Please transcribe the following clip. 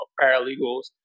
paralegals